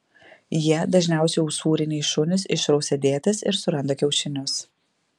jie dažniausiai usūriniai šunys išrausia dėtis ir suranda kiaušinius